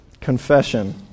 Confession